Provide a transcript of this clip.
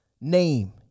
name